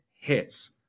hits